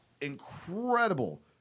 incredible –